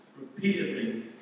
repeatedly